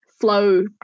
flow